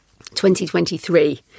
2023